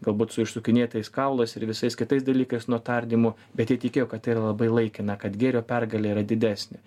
galbūt su išsukinėtais kaulais ir visais kitais dalykais nuo tardymų bet jie tikėjo kad tai yra labai laikina kad gėrio pergalė yra didesnė